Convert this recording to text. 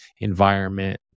environment